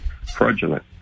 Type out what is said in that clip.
fraudulent